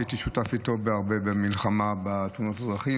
שהייתי שותף איתו הרבה במלחמה בתאונות הדרכים,